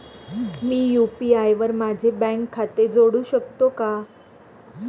मी UPI वर माझे bank खाते जोडू शकतो का?